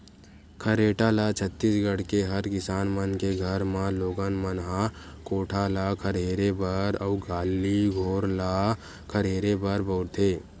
खरेटा ल छत्तीसगढ़ के हर किसान मन के घर म लोगन मन ह कोठा ल खरहेरे बर अउ गली घोर ल खरहेरे बर बउरथे